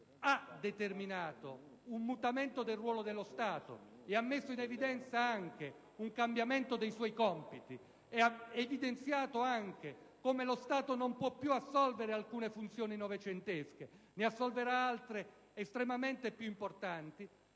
hanno determinato un mutamento del ruolo dello Stato e hanno messo in evidenza anche il cambiamento dei suoi compiti, mostrando anche come lo Stato non possa più assolvere alcune sue funzioni novecentesche e dovrà assolverne altre estremamente più importanti;